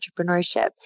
entrepreneurship